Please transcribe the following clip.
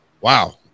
Wow